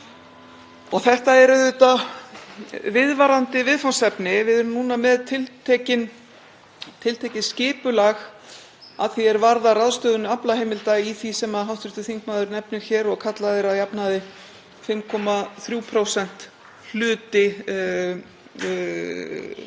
Þetta er auðvitað viðvarandi viðfangsefni. Við erum núna með tiltekið skipulag að því er varðar ráðstöfun aflaheimilda í því sem hv. þingmaður nefnir hér og kallað er að jafnaði 5,3% hluti